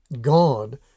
God